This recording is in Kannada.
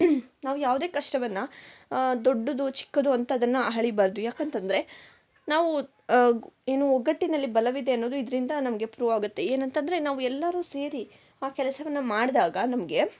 ನಾವು ಯಾವುದೇ ಕಷ್ಟವನ್ನು ದೊಡ್ಡದು ಚಿಕ್ಕದು ಅಂತ ಅದನ್ನು ಹಳಿಬಾರದು ಯಾಕೆಂತಂದ್ರೆ ನಾವು ಏನು ಒಗಟ್ಟಿನಲ್ಲಿ ಬಲವಿದೆ ಅನ್ನೋದು ಇದರಿಂದ ನಮಗೆ ಪ್ರೂವ್ ಆಗುತ್ತೆ ಏನಂತಂದ್ರೆ ನಾವು ಎಲ್ಲರೂ ಸೇರಿ ಆ ಕೆಲಸವನ್ನು ಮಾಡ್ದಾಗ ನಮಗೆ